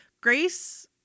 Grace